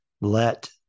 let